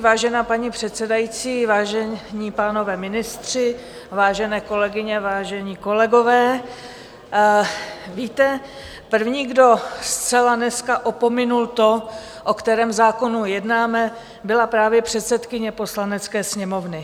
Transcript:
Vážená paní předsedající, vážení pánové ministři, vážené kolegyně, vážení kolegové, víte, první, kdo zcela dneska opomenul to, o kterém zákonu jednáme, byla právě předsedkyně Poslanecké sněmovny.